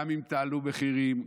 גם אם תעלו מחירים,